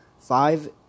five